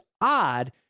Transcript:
odd